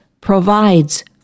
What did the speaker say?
provides